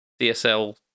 DSL